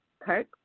Kirk